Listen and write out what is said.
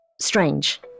strange